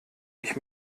ich